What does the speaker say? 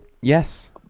Yes